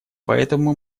поэтому